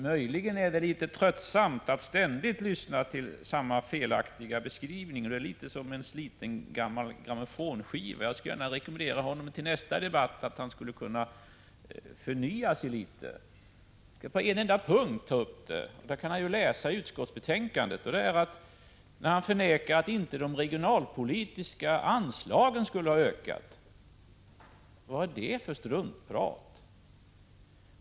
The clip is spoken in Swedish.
Möjligen är det litet tröttsamt att ständigt lyssna till samma felaktiga beskrivning — det är som att höra en sliten gammal grammofonskiva, och jag rekommenderar Börje Hörnlund att förnya sig litet till nästa debatt. Jag skall ta upp en enda punkt, som Börje Hörnlund kan läsa om i utskottsbetänkandet. Han förnekar att de regionalpolitiska anslagen skulle ha ökat. Vad är det för struntprat?